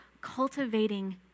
cultivating